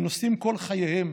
הם נושאים כל חייהם,